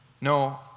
No